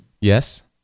Yes